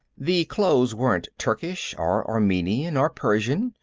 the clothes weren't turkish or armenian or persian,